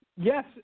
Yes